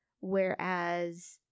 whereas